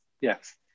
Yes